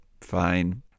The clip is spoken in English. Fine